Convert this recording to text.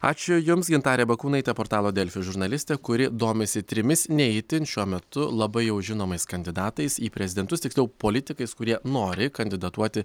ačiū jums gintarė bakūnaitė portalo delfi žurnalistė kuri domisi trimis ne itin šiuo metu labai jau žinomais kandidatais į prezidentus tiksliau politikais kurie nori kandidatuoti